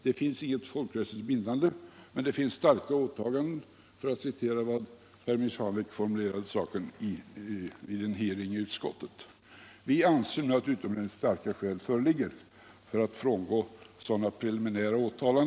Det föreligger inga folkrättsligt bindande utfästelser, men det finns starka åtaganden. Herr talman!